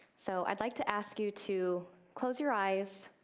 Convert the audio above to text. so i'd like to ask you to close your eyes,